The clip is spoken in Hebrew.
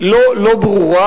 איננה ברורה.